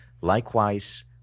Likewise